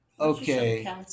okay